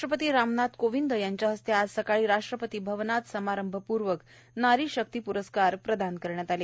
राष्ट्रपती रामनाथ कोविंद यांच्या हस्ते आज सकाळी राष्ट्रपती भवनात समारंभपूर्वक नारी शक्ति प्रस्कार प्रदान करण्यात आले